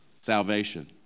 Salvation